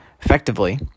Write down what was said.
effectively